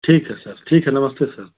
ठीक है सर ठीक है नमस्ते सर